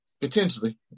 Potentially